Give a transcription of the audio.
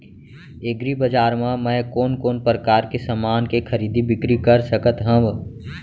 एग्रीबजार मा मैं कोन कोन परकार के समान के खरीदी बिक्री कर सकत हव?